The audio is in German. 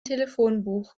telefonbuch